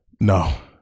No